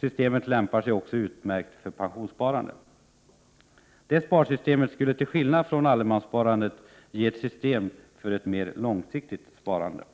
Systemet lämpar sig också utmärkt för pensionssparande. Detta sparsystem skulle till skillnad från allemanssparandet ge ett system för ett mer långsiktigt sparande.